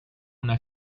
una